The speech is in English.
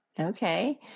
Okay